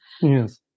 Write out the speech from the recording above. yes